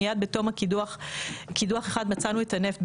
מיד בתום קידוח אחד מצאנו את הנפט,